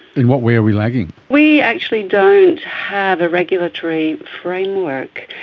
in what way are we lagging? we actually don't have a regulatory framework.